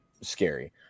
scary